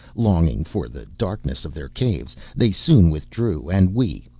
longing for the darkness of their caves, they soon withdrew and we,